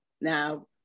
Now